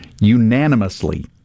Unanimously